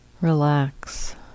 Relax